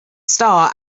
star